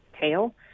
TAIL